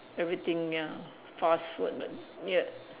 everything ya fast food but yet